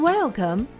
Welcome